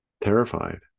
Terrified